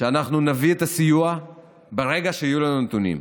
שאנחנו נביא את הסיוע ברגע שיהיו לנו נתונים,